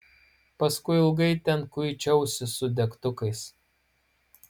paskui ilgai ten kuičiausi su degtukais